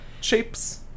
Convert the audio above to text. Shapes